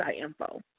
info